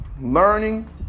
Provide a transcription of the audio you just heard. learning